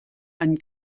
einen